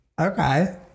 Okay